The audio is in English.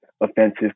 offensive